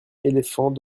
éléphants